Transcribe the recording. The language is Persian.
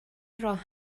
راه